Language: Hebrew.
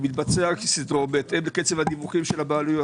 הוא מתבצע כסדרו בהתאם לקצב הדיווחים של הבעלויות.